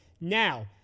Now